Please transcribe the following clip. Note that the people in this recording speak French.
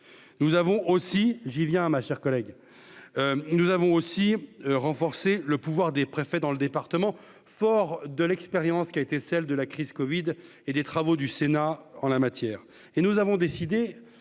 nous avons aussi j'y viens à ma chère collègue, nous avons aussi renforcer le pouvoir des préfets dans le département, fort de l'expérience qui a été celle de la crise Covid et des travaux du Sénat en la matière,